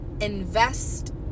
Invest